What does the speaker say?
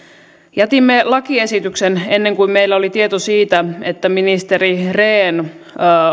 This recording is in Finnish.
jätimme lakiesityksen ennen kuin meillä oli tieto siitä että ministeri rehn